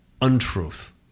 untruth